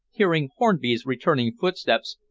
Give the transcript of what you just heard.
hearing hornby's returning footsteps,